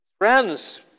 Friends